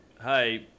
Hi